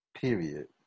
Period